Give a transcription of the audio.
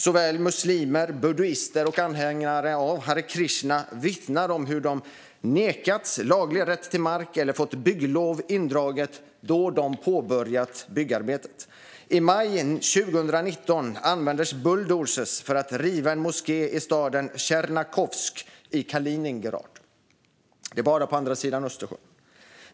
Såväl muslimer och buddister som anhängare av Hare Krishna vittnar om hur de har nekats laglig rätt till mark eller fått bygglov indraget då de påbörjat byggarbetet. I maj 2019 användes bulldozrar för att riva en moské i staden Tjernjachovsk i Kaliningrad, bara på andra sidan Östersjön.